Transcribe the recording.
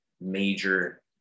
major